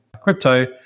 crypto